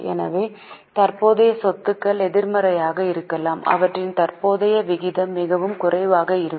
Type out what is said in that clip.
எனவே தற்போதைய சொத்துக்கள் எதிர்மறையாக இருக்கலாம் அவற்றின் தற்போதைய விகிதம் மிகவும் குறைவாக இருக்கும்